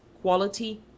quality